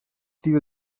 till